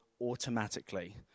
automatically